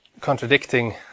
contradicting